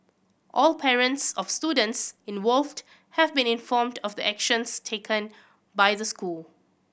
all parents of students involved have been informed of the actions taken by the school